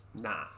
Nah